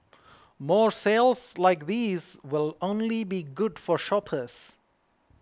more sales like these will only be good for shoppers